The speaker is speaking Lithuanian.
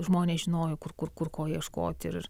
žmonės žinojo kur kur kur ko ieškoti ir